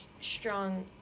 strong